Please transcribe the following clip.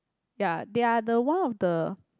ya they are the one of the